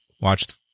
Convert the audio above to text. Watched